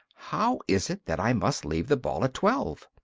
how is it that i must leave the ball at twelve?